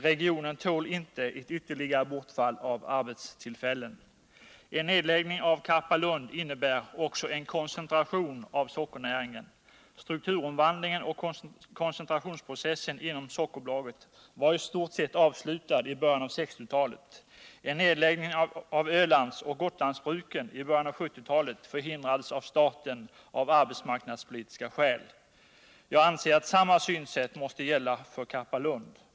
Regionen tål inte ett ytterligare bortfall av arbetstillfällen. En nedläggning av Karpalund innebär också en koncentration av sockernäringen. Strukturomvandlingen och koncentrationsprocessen inom Sockerbolaget var i stort sett avslutad i början av 1960-talet. En nedläggning av Ölands och Gotlandsbruken i början av 1970-talet förhindrades av staten av arbetsmarknadspolitiska skäl. Jag anser alt samma synsätt måste anläggas på Karpalund.